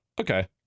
okay